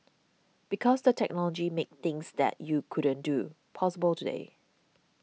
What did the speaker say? because the technology makes things that you couldn't do possible today